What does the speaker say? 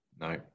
no